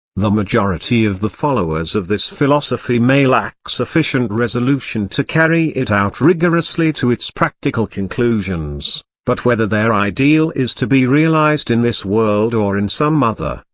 the majority of the followers of this philosophy may lack sufficient resolution to carry it out rigorously to its practical conclusions but whether their ideal is to be realised in this world or in some other,